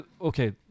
Okay